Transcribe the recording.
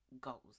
goals